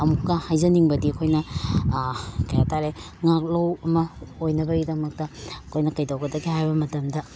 ꯑꯃꯨꯛꯀ ꯍꯥꯏꯖꯅꯤꯡꯕꯗꯤ ꯑꯩꯈꯣꯏꯅ ꯀꯩ ꯍꯥꯏꯇꯔꯦ ꯉꯥꯛꯂꯧ ꯑꯃ ꯑꯣꯏꯅꯕꯩꯗꯃꯛꯇ ꯑꯩꯈꯣꯏꯅ ꯀꯩꯗꯧꯒꯗꯒꯦ ꯍꯥꯏꯕ ꯃꯇꯝꯗ